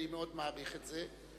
אני מאוד מעריך את זה.